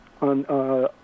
on